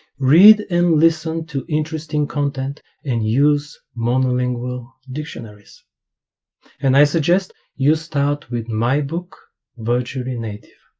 read and listen to interesting content and use monolingual dictionaries and i suggest you start with my book virtually native